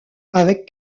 avec